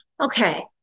Okay